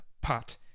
pot